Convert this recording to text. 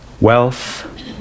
wealth